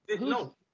No